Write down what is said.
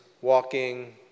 walking